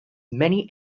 many